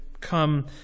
come